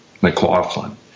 McLaughlin